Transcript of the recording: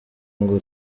ngo